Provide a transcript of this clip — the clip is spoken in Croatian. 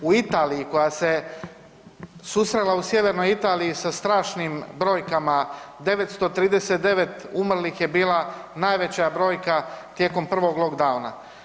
U Italiji koja se susrela u Sjevernoj Italiji sa strašnim brojkama, 939 umrlih je bila najveća brojka tijekom prvog lockdowna.